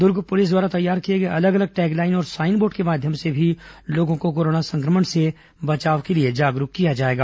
दुर्ग police द्वारा तैयार किए गए अलग अलग टैगलाइन और साइनबोर्ड के माध्यम से भी लोगों को कोरोना संक्रमण से बचाव के लिए जागरूक किया जाएगा